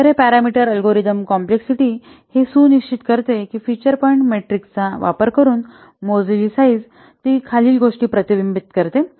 तर हे parameter algorithm complexity हे सुनिश्चित करते की फिचर पॉईंट मेट्रिकचा वापर करुन मोजलेली साईझ तो खालील गोष्टी प्रतिबिंबित करतो